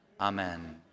Amen